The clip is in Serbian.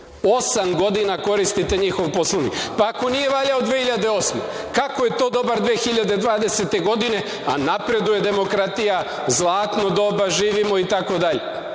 Osam godina koristite njihov Poslovnik. Pa, ako nije valjao 2008. godine, kako je to dobar 2020. godine, a napreduje demokratija, zlatno doba živimo i